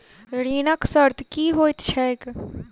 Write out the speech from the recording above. ऋणक शर्त की होइत छैक?